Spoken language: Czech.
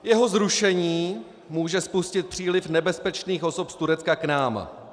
Jeho zrušení může spustit příliv nebezpečných osob z Turecka k nám.